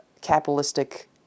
capitalistic